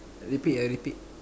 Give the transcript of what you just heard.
repeat ah repeat